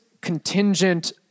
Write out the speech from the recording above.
contingent